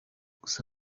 gusa